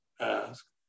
ask